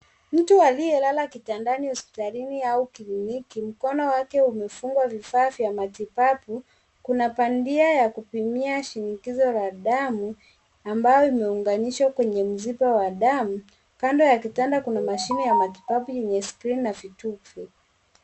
Mtu aliyelala kitandani hospitalini au kliniki. Mkono wake umefungwa vifaa vya matibabu. Kuna bandia ya kupima shinikizo la damu ambayo imeunganishwa kwenye mshipa wa damu. Kando ya kitanda kuna mashine ya matibabu yenye skrini na vitufi.